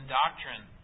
doctrine